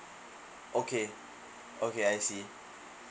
okay okay I see